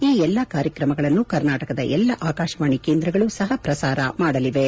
ಈ ಎಲ್ಲಾ ಕಾರ್ಯಕ್ರಮಗಳನ್ನು ಕರ್ನಾಟಕದ ಎಲ್ಲಾ ಆಕಾಶವಾಣಿ ಕೇಂದ್ರಗಳು ಸಹಪ್ರಸಾರ ಮಾಡಲಿವೆ